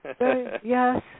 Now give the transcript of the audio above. Yes